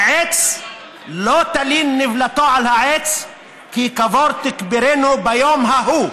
עץ לא תלין נבלתו על העץ כי קבור תקברנו ביום ההוא".